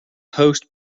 host